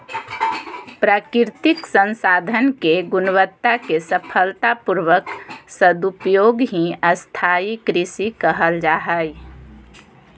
प्राकृतिक संसाधन के गुणवत्ता के सफलता पूर्वक सदुपयोग ही स्थाई कृषि कहल जा हई